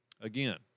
Again